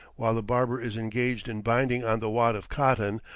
while the barber is engaged in binding on the wad of cotton,